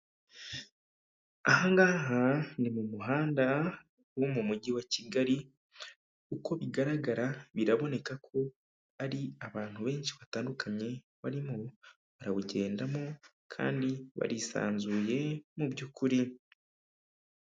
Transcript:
Ahangaha ni mu muhanda wo mu mujyi wa Kigali. uko igaragara, biraboneka ko ari abantu benshi batandukanye barimo barawugendamo, kandi barisanzuye mu by'ukuri.